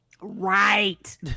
Right